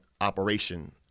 operation